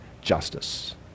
justice